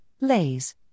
Lays